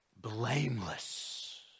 blameless